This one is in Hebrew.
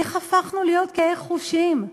איך הפכנו להיות קהי חושים?